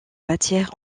matière